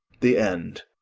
the end